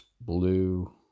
blue